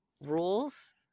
rules